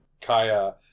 Kaya